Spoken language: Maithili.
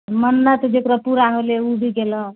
मन्नत जेकरा पूरा होलै ओ भी गेलए